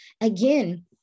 again